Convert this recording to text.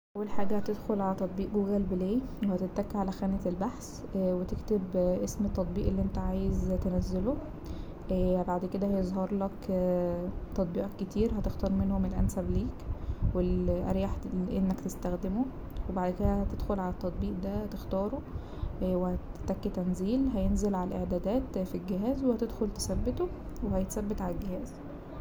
اول حاجة هتدخل على تطبيق جوجل بلاي وهتتك على خانة البحث وتكتب اسم التطبيق اللي انت عايز تنزله بعد كده هيظهرلك تطبيقات كتير هتختار منهم الأنسب ليك والأريح لأنك تستخدمه وبعد كده هتدخل على التطبيق ده تختاره وهتتك تنزيل هينزل على الاعدادات في الجهاز وهتدخل تثبته وهيتثبت على الجهاز.